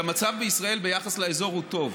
שהמצב בישראל ביחס לאזור הוא טוב.